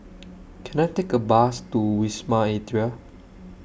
Can I Take A Bus to Wisma Atria